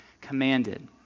commanded